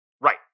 Right